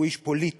שהוא איש פוליטי,